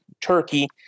Turkey